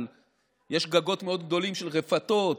אבל יש גגות מאוד גדולים של רפתות,